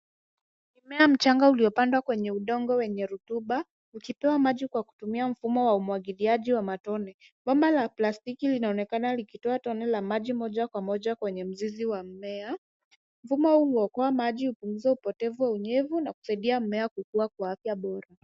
Mmea mchanga uliopandwa kwenye udongo wenye rutuba ukipewa maji kwa kutumia mfumo wa umwagiliaji wa matone. Bomba la plastiki linaonekana likitoa tone la maji moja kwa moja kwenye mzizi wa mmea .Mfumo huu huokoa maji, hupunguza upotevu wa unyevu na kusaidia mmea kukua kwa afya bora.